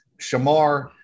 Shamar